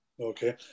Okay